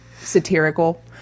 satirical